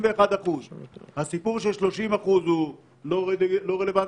הסיפור של 30% לא רלוונטי.